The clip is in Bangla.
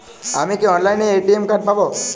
আমি কি অনলাইনে এ.টি.এম কার্ড পাব?